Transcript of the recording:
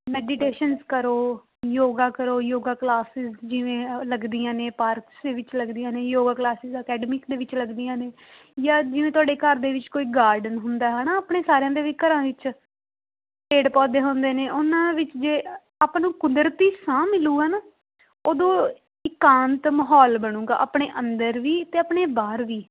meditations ਕਰੋ ਯੋਗਾ ਕਰੋ yoga classes ਜਿਵੇਂ ਲੱਗਦੀਆਂ ਨੇ ਪਾਰਕਸ ਦੇ ਵਿੱਚ ਲੱਗਦੀਆਂ ਨੇ ਯੋਗਾ ਕਲਾਸ ਅਕੈਡਮਿਕ ਦੇ ਵਿੱਚ ਲੱਗਦੀਆਂ ਨੇ ਜਾਂ ਜਿਵੇਂ ਤੁਹਾਡੇ ਘਰ ਦੇ ਵਿੱਚ ਕੋਈ ਗਾਰਡਨ ਹੁੰਦਾ ਹੈ ਨਾ ਆਪਣੇ ਸਾਰਿਆਂ ਦੇ ਵੀ ਘਰਾਂ ਵਿੱਚ ਪੇੜ ਪੌਦੇ ਹੁੰਦੇ ਨੇ ਉਹਨਾਂ ਵਿੱਚ ਜੇ ਆਪਾਂ ਨੂੰ ਕੁਦਰਤੀ ਸਾਹ ਮਿਲੂਗਾ ਨਾ ਉਦੋਂ ਇਕਾਂਤ ਮਾਹੌਲ ਬਣੂਗਾ ਆਪਣੇ ਅੰਦਰ ਵੀ ਅਤੇ ਆਪਣੇ ਬਾਹਰ ਵੀ